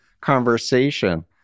conversation